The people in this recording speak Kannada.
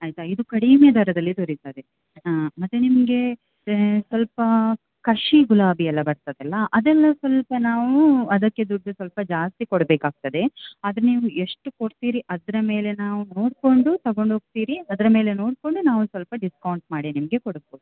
ಆಯಿತಾ ಇದು ಕಡಿಮೆ ದರದಲ್ಲಿ ದೊರೆಯುತ್ತದೆ ಮತ್ತು ನಿಮಗೆ ಸ್ವಲ್ಪ ಕಸಿ ಗುಲಾಬಿ ಎಲ್ಲ ಬರ್ತದಲ್ಲ ಅದೆಲ್ಲ ಸ್ವಲ್ಪ ನಾವು ಅದಕ್ಕೆ ದುಡ್ಡು ಸ್ವಲ್ಪ ಜಾಸ್ತಿ ಕೊಡಬೇಕಾಗ್ತದೆ ಅದು ನೀವು ಎಷ್ಟು ಕೊಡ್ತೀರಿ ಅದರ ಮೇಲೆ ನಾವು ನೋಡಿಕೊಂಡು ತಗೊಂಡು ಹೋಗ್ತೀರಿ ಅದರ ಮೇಲೆ ನೋಡಿಕೊಂಡು ನಾವು ಸ್ವಲ್ಪ ಡಿಸ್ಕೌಂಟ್ ಮಾಡಿ ನಿಮಗೆ ಕೊಡ